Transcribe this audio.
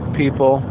people